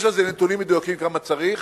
יש על זה נתונים מדויקים כמה צריך.